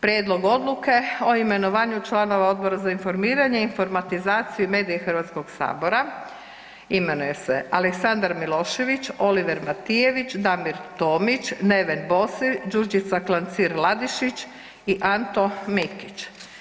Prijedlog odluke o imenovanju članova odbora za informiranje, informatizaciju i medije Hrvatskog sabora imenuje se Aleksandar Milošević, Oliver Matijević, Damir Tomić, Neven Bosilj, Đurđica Klancir Ladišić i Anto Mikić.